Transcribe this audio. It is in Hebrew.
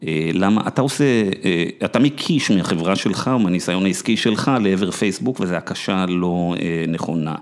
למה אתה עושה, אתה מקיש מהחברה שלך ומהניסיון העסקי שלך לעבר פייסבוק וזה הקשה לא נכונה.